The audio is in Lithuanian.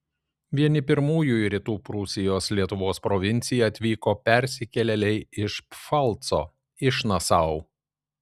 vieni pirmųjų į rytų prūsijos lietuvos provinciją atvyko persikėlėliai iš pfalco iš nasau